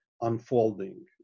unfolding